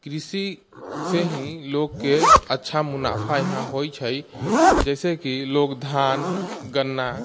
कृषिसँ ही लोगके अच्छा मुनाफा यहाँ होइ छै जैसेकि लोग धान गन्ना